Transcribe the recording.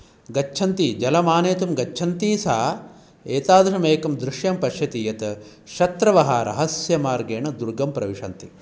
गच्छन्ती जलमानेतुं गच्छन्ति सा एतादृशं एकं दृश्यं पश्यति यत् शत्रवः रहस्यमार्गेण दूर्गं प्रविशन्ति